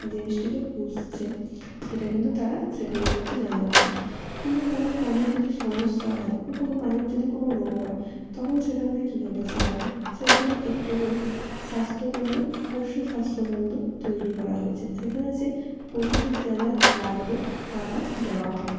জিনিসটিকে পুষছে সেটা কিন্তু তারা মধ্যে জানাচ্ছে কিন্তু কোনো প্রাণীর যদি সমস্যা হয় বা কোনো প্রাণীর যদি কোনো রোগ হয় তখন সেটা আমরা কীভাবে সারাব সেজন্য একটি করে স্বাস্থ্যকেন্দ্র পশু স্বাস্থ্যকেন্দ্র তৈরি করা হয়েছে সেখানে যেয়ে পশুদের যা যা লাগবে তা তা দেওয়া হয়